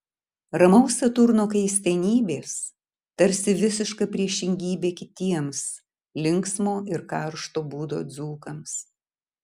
ramaus saturno keistenybės tarsi visiška priešingybė kitiems linksmo ir karšto būdo dzūkams